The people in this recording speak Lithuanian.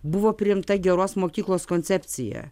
buvo priimta geros mokyklos koncepcija